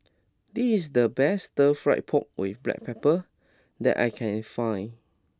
this the best stir fry pork with black pepper that I can find